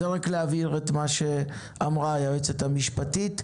זה רק כדי להבהיר את מה שאמרה היועצת המשפטית.